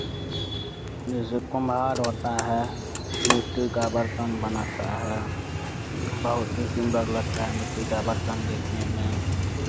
जैसे कुम्हार होता है मिट्टी का बर्तन बनाता है बहुते सुन्दर लगता मिट्टी का बर्तन देखने में